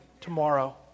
tomorrow